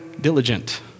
diligent